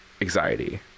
Anxiety